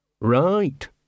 Right